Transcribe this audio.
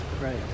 Right